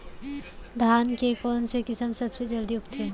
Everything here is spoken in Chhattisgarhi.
धान के कोन से किसम सबसे जलदी उगथे?